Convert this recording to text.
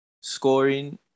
scoring